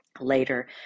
Later